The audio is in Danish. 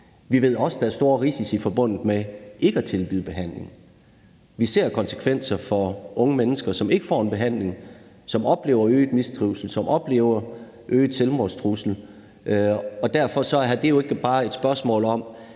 Vi ved også, at der er store risici forbundet med ikke at tilbyde behandling. Vi ser konsekvenser for unge mennesker, som ikke får en behandling, som oplever øget mistrivsel, og som oplever en øget selvmordsrisiko. Derfor er det jo ikke bare et spørgsmål om,